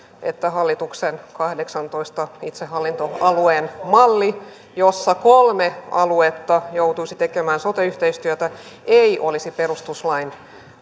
että hallituksen kahdeksaantoista itsehallintoalueen malli jossa kolme aluetta joutuisi tekemään sote yhteistyötä ei olisi perustuslain